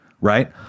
right